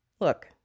look